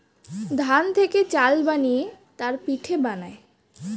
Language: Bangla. ধান থেকে চাল বানিয়ে তার পিঠে বানায়